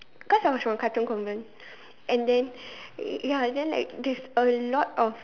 because I was from Katong-Convent and then ya and then like there's a lot of